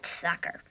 sucker